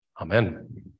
Amen